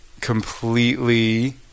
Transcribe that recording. completely